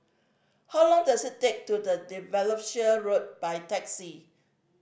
how long does it take to the Derbyshire Road by taxi